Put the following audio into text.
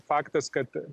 faktas kad